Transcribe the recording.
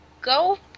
Go